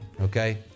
okay